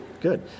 Good